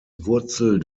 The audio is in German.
wurzel